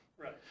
Right